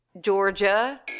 Georgia